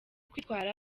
kwitwara